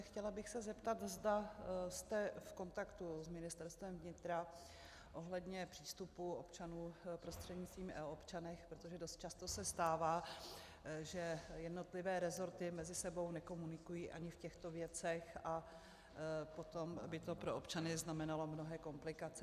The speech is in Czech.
Chtěla bych se zeptat, zda jste v kontaktu s Ministerstvem vnitra ohledně přístupu občanů prostřednictvím eobčanek, protože dost často se stává, že jednotlivé resorty mezi sebou nekomunikují ani v těchto věcech, a potom by to pro občany znamenalo mnohé komplikace.